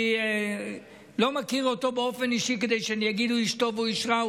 אני לא מכיר אותו באופן אישי כדי שאני אגיד אם הוא איש טוב או איש רע.